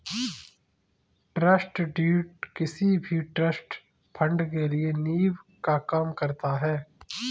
trust deed किसी भी trust fund के लिए नीव का काम करता है